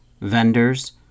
vendors